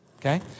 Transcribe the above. okay